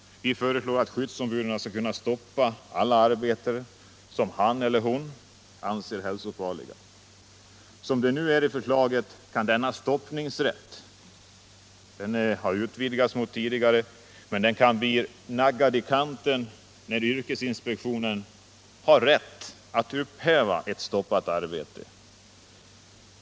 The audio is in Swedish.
Vi föreslår att skyddsombuden skall kunna stoppa alla arbeten som de anser vara hälsofarliga. I det nu föreliggande förslaget har denna stoppningsrätt utvidgats jämfört med tidigare regler, men effekten härav blir naggad i kanten när yrkesinspektionen har rätt att upphäva stoppet.